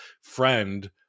friend